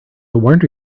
wonder